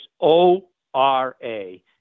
o-r-a